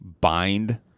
bind